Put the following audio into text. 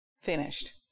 finished